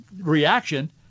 reaction